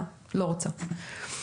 אני לא רוצה עוד ועדה.